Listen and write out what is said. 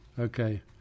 Okay